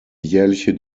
jährliche